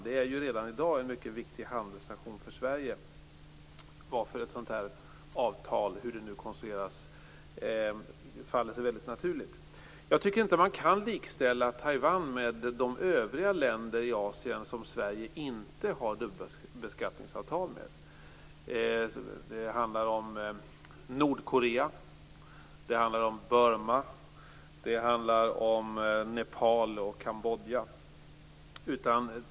Det är redan i dag en mycket viktig handelsnation för Sverige, varför ett sådant här avtal, hur det nu konstrueras, faller sig mycket naturligt. Jag tycker inte att man kan likställa Taiwan med de övriga länder i Asien som Sverige inte har dubbelbeskattningsavtal med. Det handlar om Nordkorea, Burma, Nepal och Kambodja.